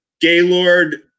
Gaylord